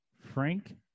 Frank